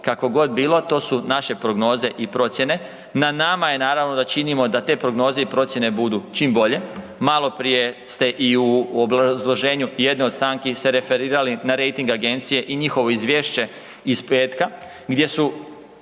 kako god bilo to su naše prognoze i procjene, na nama je naravno da činimo da te prognoze i procjene budu čim bolje. Maloprije ste i u obrazloženju jedne od stanki se referirali na rejting agencije i njihovo izvješće iz petka gdje su